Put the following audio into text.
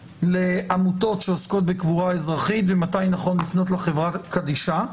לעמותות שעוסקות בקבורה אזרחית ומתי נכון לפנות לחברה קדישא.